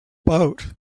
boat